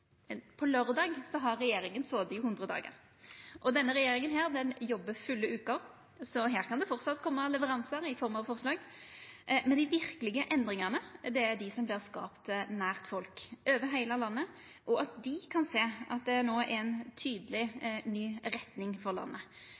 100 dagar. Denne regjeringa jobbar fulle veker, så her kan det framleis koma leveransar i form av forslag. Men dei verkelege endringane er dei som vert skapte nær folk over heile landet – og at dei kan sjå at det no er ei tydeleg ny retning for landet,